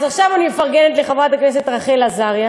אז עכשיו אני מפרגנת לחברת הכנסת רחל עזריה